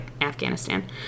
Afghanistan